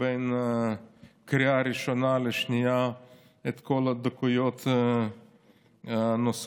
בין קריאה ראשונה לשנייה את כל הדקויות הנוספות.